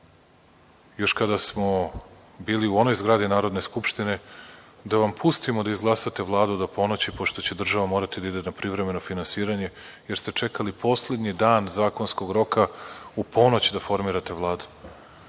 još kada smo bili u onoj zgradi Narodne skupštine da vam pustimo da izglasate Vladu do ponoći pošto će država morati da ide na privremeno finansiranje, jer ste čekali poslednji dan zakonskog roka u ponoć da formirate Vladu.